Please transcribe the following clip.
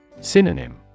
Synonym